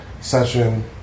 Session